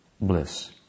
bliss